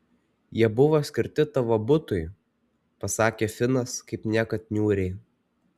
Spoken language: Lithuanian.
jie buvo skirti tavo butui pasakė finas kaip niekad niūriai